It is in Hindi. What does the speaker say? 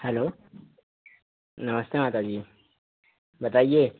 हैलो नमस्ते माता जी बताइए